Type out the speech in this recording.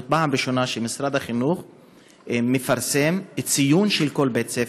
זו הפעם הראשונה שמשרד החינוך מפרסם ציון של כל בית-ספר,